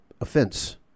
offense